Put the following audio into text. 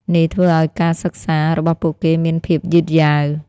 នេះធ្វើឲ្យការសិក្សារបស់ពួកគេមានភាពយឺតយ៉ាវ។